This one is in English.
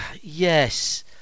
Yes